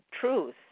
truth